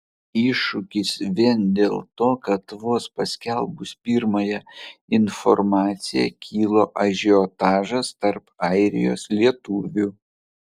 iššūkis vien dėl to kad vos paskelbus pirmąją informaciją kilo ažiotažas tarp airijos lietuvių